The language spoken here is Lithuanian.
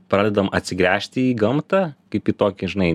pradedam atsigręžti į gamtą kaip į tokį žinai